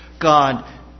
God